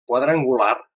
quadrangular